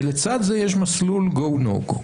ולצד זה יש מסלול go no go.